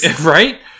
Right